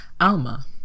Alma